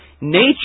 Nature